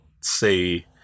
say